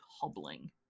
hobbling